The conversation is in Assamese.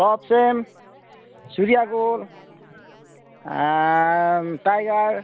টপচেম চুৰ্য়া গল্ড টাইগাৰ